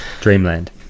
dreamland